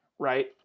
right